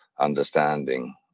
understanding